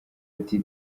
ati